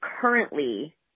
currently